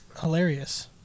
hilarious